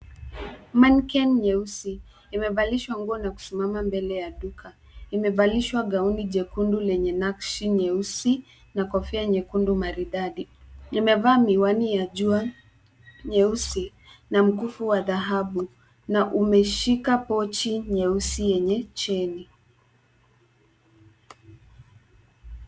Manken nyeusi imevalishwa nguo na kusimama mbele ya duka. Imevalisha gauni jekundu lenye nakshi nyeusi na kofia nyekundu maridadi. Imevaa miwani ya jua nyeusi na mkufu wa dhahabu na umeshika pochi nyeusi yenye cheni.